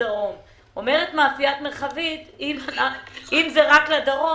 אומרת מאפיית מרחבית שאם זה רק לדרום,